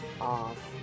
off